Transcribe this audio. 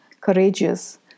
courageous